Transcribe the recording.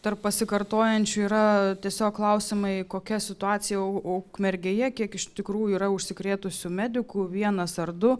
tarp pasikartojančių yra tiesiog klausimai kokia situacija ukmergėje kiek iš tikrųjų yra užsikrėtusių medikų vienas ar du